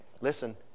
Listen